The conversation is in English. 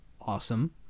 awesome